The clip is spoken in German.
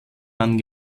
mann